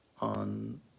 on